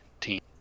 team